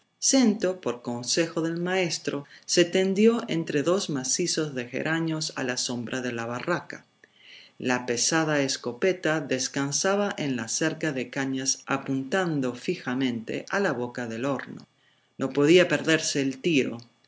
snto por consejo del maestro se tendió entre dos macizos de geranios a la sombra de la barraca la pesada escopeta descansaba en la cerca de cañas apuntando fijamente a la boca del horno no podía perderse el tiro